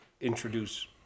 introduce